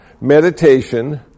meditation